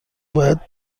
باید